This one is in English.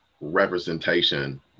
representation